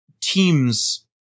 teams